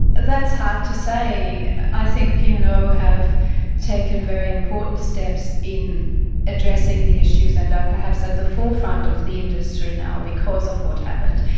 that's hard to say. i think p and o have taken very important steps in addressing the issues and are perhaps at the forefront of the industry now, because of what happened.